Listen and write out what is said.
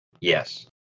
Yes